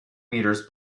meters